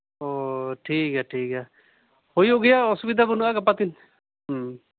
ᱳ ᱴᱷᱤᱠ ᱜᱮᱭᱟ ᱴᱷᱤᱠ ᱜᱮᱭᱟ ᱦᱩᱭᱩᱜ ᱜᱮᱭᱟ ᱚᱥᱩᱵᱤᱫᱟ ᱵᱟᱹᱱᱩᱜᱼᱟ